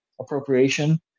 appropriation